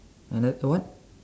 and that what